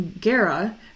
Guerra